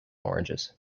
oranges